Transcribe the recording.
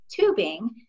tubing